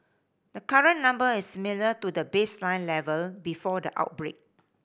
the current number is similar to the baseline level before the outbreak